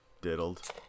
diddled